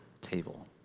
table